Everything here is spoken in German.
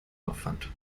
aufwand